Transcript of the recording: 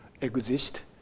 exist